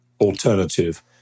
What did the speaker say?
alternative